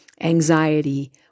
Anxiety